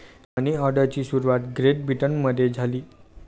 मनी ऑर्डरची सुरुवात ग्रेट ब्रिटनमध्ये झाली